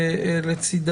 תנאי.